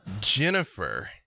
Jennifer